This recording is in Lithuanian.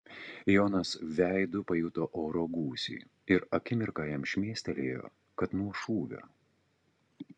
jonas veidu pajuto oro gūsį ir akimirką jam šmėstelėjo kad nuo šūvio